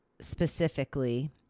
specifically